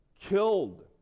Killed